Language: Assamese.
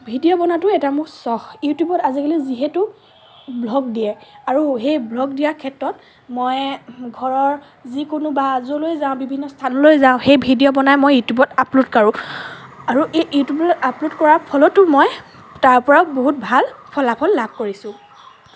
ভিডিও বনোৱাতো এটা মোৰ চখ ইউটিউবত আজিকালি যিহেতু ব্ল'গ দিয়ে আৰু সেই ব্ল'গ দিয়াৰ ক্ষেত্ৰত মই ঘৰৰ যিকোনো বা য'লৈ যাওঁ বিভিন্ন স্থানলৈ যাওঁ সেই ভিডিও বনাই মই ইউটিউবত আপল'ড কৰোঁ আৰু এই ইউটিউবত আপল'ড কৰাৰ ফলতো মই তাৰপৰা বহুত ভাল ফলাফল লাভ কৰিছোঁ